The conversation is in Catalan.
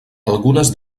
algunes